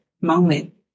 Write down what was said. moment